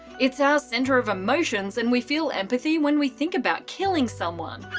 it's our centre of emotions and we feel empathy when we think about killing someone,